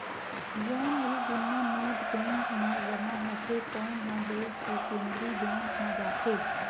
जउन भी जुन्ना नोट बेंक म जमा होथे तउन ह देस के केंद्रीय बेंक म जाथे